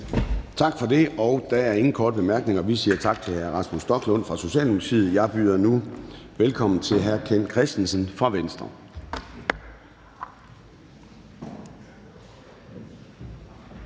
Tak for det, og der er ingen korte bemærkninger. Vi siger tak til hr. Rasmus Stoklund fra Socialdemokratiet. Jeg byder nu velkommen til hr. Ken Kristensen fra Venstre.